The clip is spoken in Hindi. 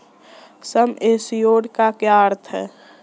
सम एश्योर्ड का क्या अर्थ है?